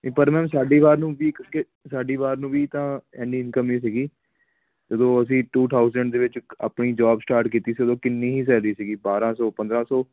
ਨਹੀਂ ਪਰ ਮੈਮ ਸਾਡੀ ਵਾਰ ਨੂੰ ਵੀ ਸਾਡੀ ਵਾਰ ਨੂੰ ਵੀ ਤਾਂ ਇੰਨੀ ਇਨਕਮ ਹੀ ਸੀਗੀ ਜਦੋਂ ਅਸੀਂ ਟੂ ਠਾਊਂਜੈਂਟ ਦੇ ਵਿੱਚ ਆਪਣੀ ਜੋਬ ਸਟਾਰਟ ਕੀਤੀ ਸੀ ਉਦੋਂ ਕਿੰਨੀ ਸੈਲਰੀ ਸੀਗੀ ਬਾਰਾਂ ਸੌ ਪੰਦਰਾਂ ਸੌ